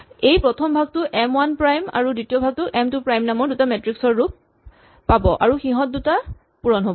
এই প্ৰথম ভাগটো এম ৱান প্ৰাইম আৰু দ্বিতীয় ভাগটো এম টু প্ৰাইম নামৰ দুটা মেট্ৰিক্স ৰ ৰূপ পাব আৰু সিহঁত দুটাৰ পূৰণ হ'ব